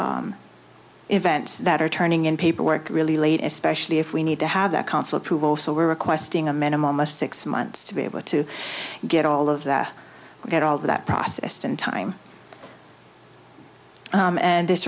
address events that are turning in paperwork really late especially if we need to have that consulate who also were requesting a minimum of six months to be able to get all of that we get all that processed in time and this